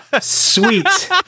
Sweet